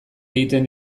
egiten